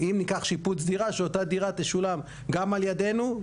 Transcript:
אם ניקח שיפוץ דירה שאותה דירה תשולם גם על ידינו,